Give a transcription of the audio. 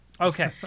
Okay